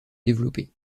développer